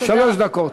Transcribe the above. שלוש דקות.